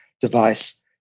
device